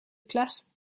classe